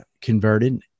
converted